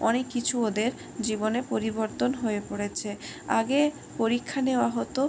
অনেক কিছু ওদের জীবনে পরিবর্তন হয়ে পড়েছে আগে পরীক্ষা নেওয়া হতো